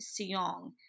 Siong